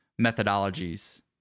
methodologies